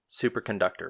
Superconductor